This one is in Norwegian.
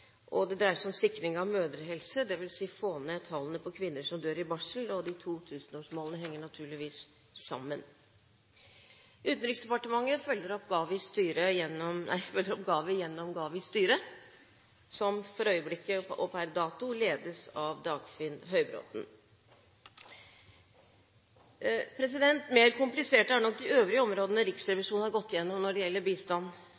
og om sikring av mødrehelse, dvs. å få ned tallene på kvinner som dør i barsel. De to tusenårsmålene henger naturligvis sammen. Utenriksdepartementet følger opp GAVI gjennom alliansens styre, som per dato ledes av Dagfinn Høybråten. Mer kompliserte er nok de øvrige områdene Riksrevisjonen har gått gjennom når det gjelder bistand.